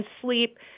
sleep